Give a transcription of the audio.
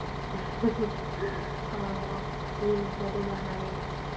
ꯑꯧ ꯑꯧ ꯃꯤꯅꯁꯨ ꯑꯗꯨꯃꯥꯏꯅ ꯍꯥꯏꯌꯦ